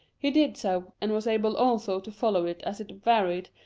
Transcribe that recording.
he did so, and was able also to follow it as it varied,